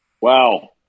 wow